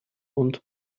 und